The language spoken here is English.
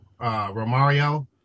Romario